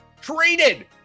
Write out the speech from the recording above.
traded